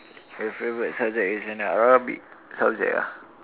your favorite subject is an Arabic subject ah